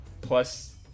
Plus